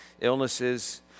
illnesses